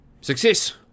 Success